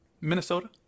Minnesota